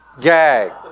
Gag